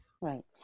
Right